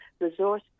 resource